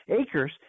acres